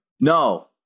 No